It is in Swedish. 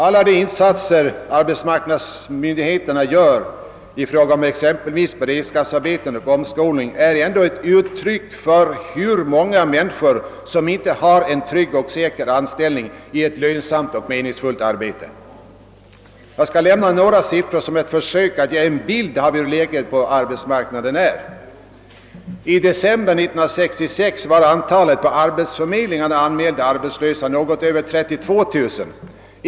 Alla de insatser arbetsmarknadsmyndigheterna gör i fråga om exempelvis beredskapsarbeten och omskolning är dock uttryck för hur många människor som inte har en trygg och säker anställning och ett lönsamt och meningsfullt arbete. Jag skall nämna några siffror för att försöka ge en bild av läget på arbetsmarknaden. I december 1966 var antalet på arbetsförmedlingarna anmälda arbetslösa något över 32 000.